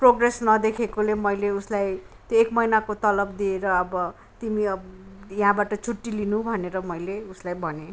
progress नदेखेकोले मैले उसलाई एक महिनाको तलब दिएर अब तिमी यहाँबाट छुट्टि लिनु भनेर मैले उसलाई भनेँ